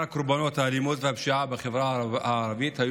קורבנות האלימות והפשיעה בחברה הערבית היה